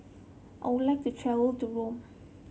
I would like to travel to Rome